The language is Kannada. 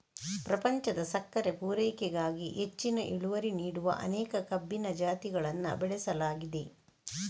ಪ್ರಪಂಚದ ಸಕ್ಕರೆ ಪೂರೈಕೆಗಾಗಿ ಹೆಚ್ಚಿನ ಇಳುವರಿ ನೀಡುವ ಅನೇಕ ಕಬ್ಬಿನ ಜಾತಿಗಳನ್ನ ಬೆಳೆಸಲಾಗಿದೆ